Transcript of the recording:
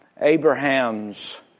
Abraham's